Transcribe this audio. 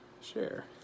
Share